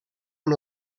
amb